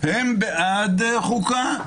הם בעד חוקה.